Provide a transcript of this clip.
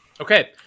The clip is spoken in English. Okay